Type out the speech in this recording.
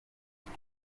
gusa